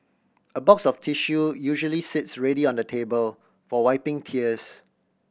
a box of tissue usually sits ready on the table for wiping tears